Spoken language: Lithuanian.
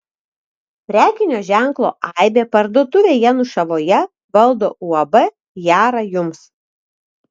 prekinio ženklo aibė parduotuvę janušavoje valdo uab jara jums